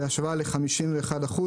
בהשוואה ל-51%